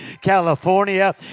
California